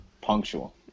Punctual